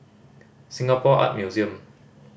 Singapore Art Museum